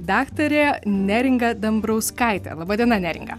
daktarė neringa dambrauskaitė laba diena neringa